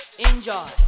Enjoy